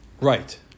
right